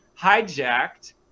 hijacked